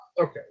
Okay